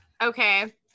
Okay